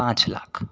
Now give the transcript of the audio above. पाँच लाख